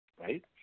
right